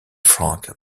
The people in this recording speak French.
frank